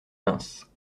mince